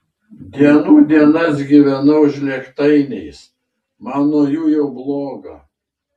dienų dienas gyvenau žlėgtainiais man nuo jų jau bloga